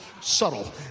subtle